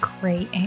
great